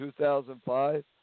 2005